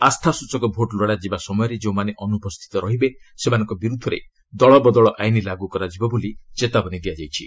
ଆସ୍ଥାସ୍ଟଚକ vote ଲୋଡ଼ାଯିବା ସମୟରେ ଯେଉଁମାନେ ଅନୁପସ୍ଥିତ ରହିବେ ସେମାନଙ୍କ ବିରୁଦ୍ଧରେ ଦଳବଦଳ ଆଇନ ଲାଗୁ କରାଯିବ ବୋଲି ଚେତାବନୀ ଦିଆଯାଇଛି